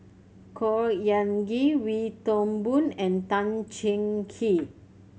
Khor Ean Ghee Wee Toon Boon and Tan Cheng Kee